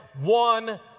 one